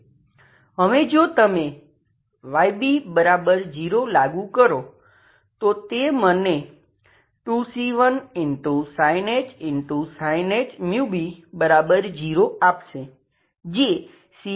હવે જો તમે Yb0 લાગુ કરો તો તે મને 2c1sinh μb 0 આપશે જે c10 ને સૂચવે છે